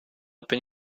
bin